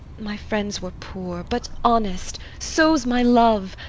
my friends were poor, but honest so's my love.